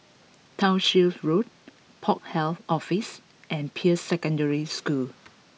Townshend Road Port Health Office and Peirce Secondary School